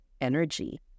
energy